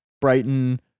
Brighton